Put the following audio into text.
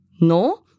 No